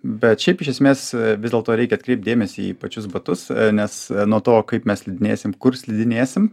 bet šiaip iš esmės vis dėlto reikia atkreipt dėmesį į pačius batus nes nuo to kaip mes slidinėsim kur slidinėsim